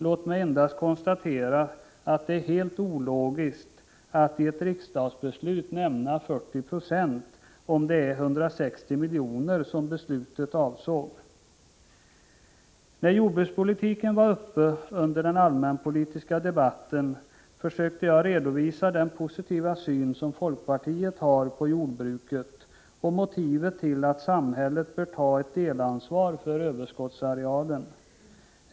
Låt mig endast konstatera att det är helt ologiskt att i riksdagsbeslut nämna siffran 40 26 om beslutet avser 160 milj.kr. När jordbrukspolitiken var uppe under den allmänpolitiska debatten försökte jag redovisa den positiva syn som folkpartiet har på jordbruket och motivet till att samhället bör ta ett delansvar för överskottsarealen.